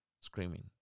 screaming